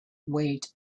weight